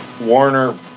Warner